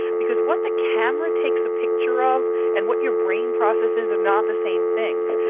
because what the camera takes a picture of and what your brain processes are not the same things,